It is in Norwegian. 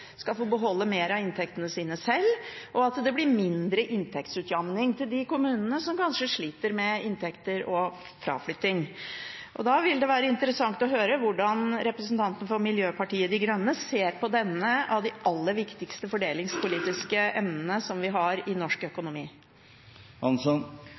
skal få beholde mer av inntektene sine sjøl, og da blir det mindre inntektsutjamning til de kommunene som sliter med inntekter og fraflytting. Da vil det være interessant å høre hvordan representanten for Miljøpartiet De Grønne ser på et av de aller viktigste fordelingspolitiske emnene vi har i norsk